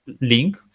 link